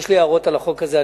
יש לי הערות על החוק הזה.